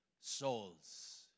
Souls